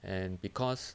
and because